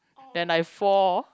then I fall